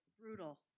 Brutal